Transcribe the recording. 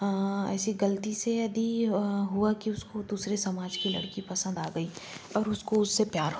ऐसी गलती से यदि हुआ कि उसको दूसरे समाज की लड़की पसंद आ गई और उसको उससे प्यार हो गया